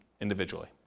individually